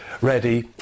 ready